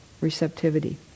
receptivity